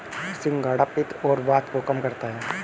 सिंघाड़ा पित्त और वात को कम करता है